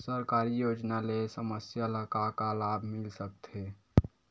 सरकारी योजना ले समस्या ल का का लाभ मिल सकते?